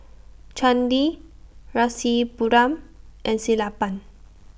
Chandi Rasipuram and Sellapan